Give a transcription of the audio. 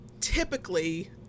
typically